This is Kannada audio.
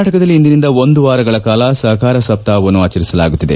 ಕರ್ನಾಟಕದಲ್ಲಿ ಇಂದಿನಿಂದ ಒಂದು ವಾರಗಳ ಕಾಲ ಸಹಕಾರ ಸಪ್ಪಾಹವನ್ನು ಆಚರಿಸಲಾಗುತ್ತಿದೆ